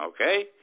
Okay